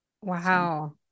Wow